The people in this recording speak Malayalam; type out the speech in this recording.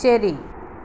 ശരി